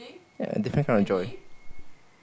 ya a different kind of joy